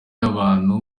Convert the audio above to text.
y’abantu